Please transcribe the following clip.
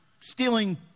stealing